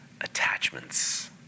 attachments